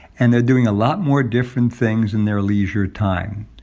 and they're doing a lot more different things in their leisure time.